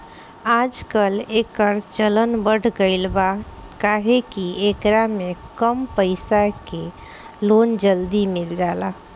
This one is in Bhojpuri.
आजकल, एकर चलन बढ़ गईल बा काहे कि एकरा में कम पईसा के लोन जल्दी मिल जाला